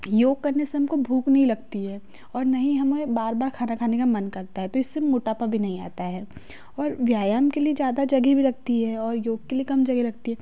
योग करने से हमको भूख नहीं लगती है और ना ही हमें बार बार खाना खाने का मन करता है तो इससे मोटापा भी नहीं आता है और व्यायाम के लिए ज़्यादा जगह भी लगती है और योग के लिए कम जगह लगती है